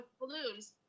balloons